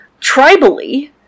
tribally